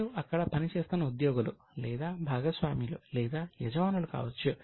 ప్రజలు అక్కడ పనిచేస్తున్న ఉద్యోగులు లేదా భాగస్వామ్యులు లేదా యజమానులు కావచ్చు